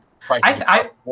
prices